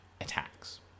attacks